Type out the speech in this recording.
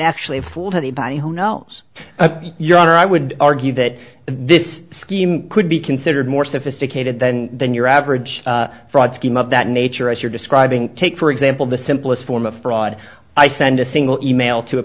actually fool to anybody who knows your honor i would argue that this scheme could be considered more sophisticated then than your average fraud scheme of that nature as you're describing take for example the simplest form of fraud i send a single e mail to a